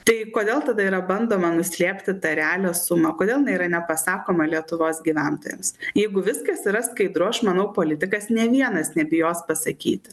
tai kodėl tada yra bandoma nuslėpti tą realią sumą kodėl jinai yra nepasakoma lietuvos gyventojams jeigu viskas yra skaidru aš manau politikas nė vienas nebijos pasakyti